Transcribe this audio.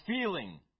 feeling